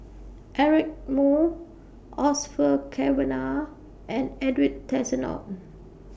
Eric Moo Cavenagh and Edwin Tessensohn